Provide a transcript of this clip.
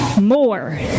more